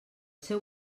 seu